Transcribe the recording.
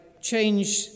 change